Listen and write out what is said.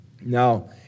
Now